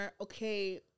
okay